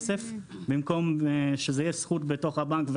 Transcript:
במקום שזה יהיה זכות בתוך הבנק,